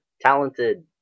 talented